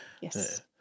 Yes